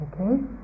Okay